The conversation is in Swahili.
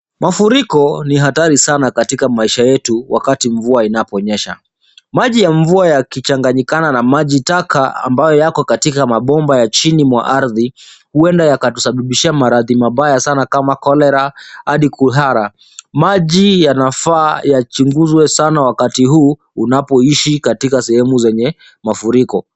Mafuriko ni hatari sana katika maisha yetu wakati mvua inaponyesha. Maji ya mvua yakichangikananna maji taka ambayo yako katika mabomba ya chini mwa ardhi huenda yakatusababishia maradhi mabaya sana kama cholera hadi kuhara. Maji yanafaa yachunguzwe sana wakati huu unapoishi katika sehemu zenye mafuriko.